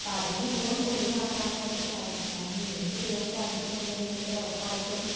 അപ്പം അതിനെയെല്ലാം ഒഴിവാക്കാൻ ആയിട്ട് സാധിക്കും കാരണം എനിക്ക് ചെയ്യാന് സാധിക്കുന്ന്ന്നുണ്ടെങ്കിൽ ഉറപ്പായിട്ടും